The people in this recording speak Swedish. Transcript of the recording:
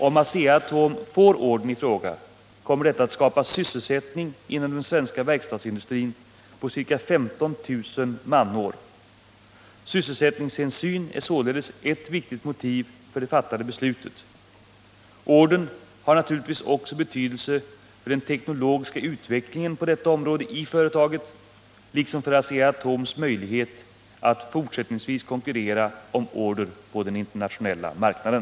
Om Asea-Atom får ordern i fråga, kommer detta att skapa sysselsättning inom den svenska verkstadsindustrin på ca 15 000 manår. Sysselsättningshänsyn är således ett viktigt motiv till det fattade beslutet. Ordern har naturligtvis också betydelse för den teknologiska utvecklingen på detta område i företaget liksom för Asea-Atoms möjligheter att fortsättningsvis konkurrera om order på den internationella marknaden.